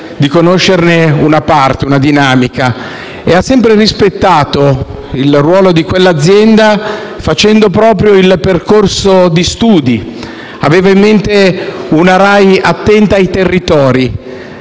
di conoscerne una parte, una dinamica. Egli ha sempre rispettato il ruolo di quell'azienda, facendo proprio il percorso di studi. Aveva in mente una RAI attenta ai territori